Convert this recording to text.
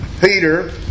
Peter